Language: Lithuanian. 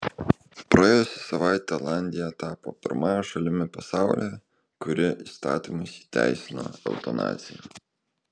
praėjusią savaitę olandija tapo pirmąja šalimi pasaulyje kuri įstatymais įteisino eutanaziją